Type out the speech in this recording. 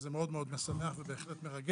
זה מאוד משמח ובהחלט מרגש.